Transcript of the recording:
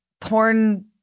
porn